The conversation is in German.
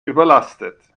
überlastet